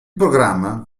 programma